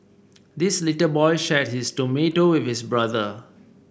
this little boy shared his tomato with his brother